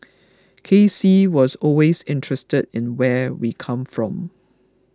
K C was always interested in where we come from